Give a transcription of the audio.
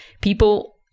People